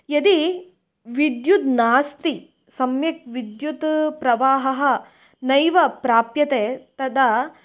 यदि विद्युत् नास्ति सम्यक् विद्युत् प्रवाहः नैव प्राप्यते तदा